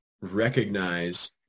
recognize